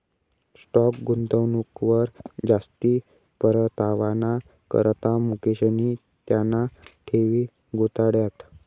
stock गुंतवणूकवर जास्ती परतावाना करता मुकेशनी त्याना ठेवी गुताड्यात